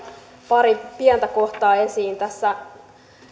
pari pientä kohtaa esiin